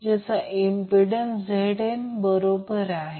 ज्याचा impedance Zn बरोबर आहे